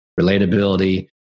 relatability